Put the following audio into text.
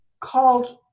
called